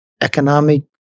economic